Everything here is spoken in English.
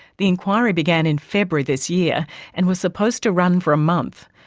the inquiry began in february this year and was supposed to run for a month.